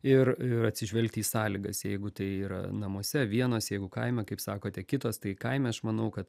ir atsižvelgti į sąlygas jeigu tai yra namuose vienos jeigu kaime kaip sakote kitos tai kaime aš manau kad